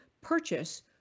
purchase